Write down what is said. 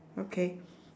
okay